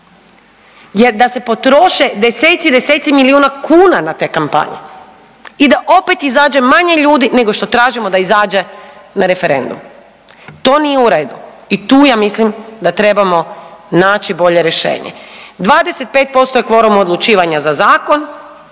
jer da se potroše deseci i deseci milijuna kuna na te kampanje i da opet izađe manje ljudi nego što tražimo da izađe na referendum. To nije u redu i tu ja mislim da trebamo naći bolje rješenje. 25% je kvoruma odlučivanja za zakon,